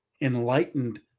enlightened